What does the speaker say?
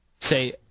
Say